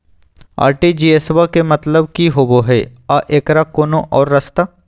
RTGS बा के मतलब कि होबे हय आ एकर कोनो और रस्ता?